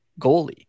goalie